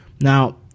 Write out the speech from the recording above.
now